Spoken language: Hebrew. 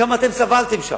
כמה אתם סבלתם שם,